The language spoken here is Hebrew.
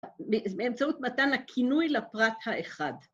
‫באמצעות מתן הכינוי לפרט האחד.